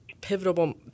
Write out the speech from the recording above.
pivotal